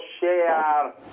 share